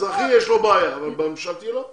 באזרחי יש לו בעיה, אבל בממשלתי אין לו בעיה.